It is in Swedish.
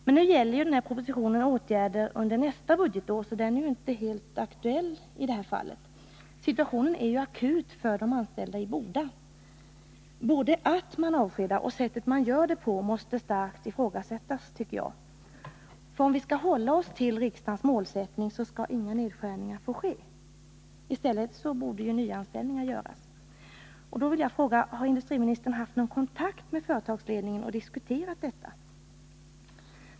Men den propositionen gäller åtgärder under nästa budgetår, så den är inte helt aktuell i det här fallet. Situationen är akut för de anställda i Boda glasbruk. Både att man avskedar och sättet som man gör det på måste starkt ifrågasättas, tycker jag. Om vi skall hålla oss till riksdagens målsättning skall inga nedskärningar få ske, utan i stället borde nyanställningar göras. Därför vill jag fråga: Har industriministern haft någon kontakt med företagsledningen och diskuterat detta?